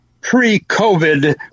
pre-COVID